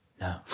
No